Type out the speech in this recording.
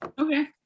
okay